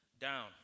down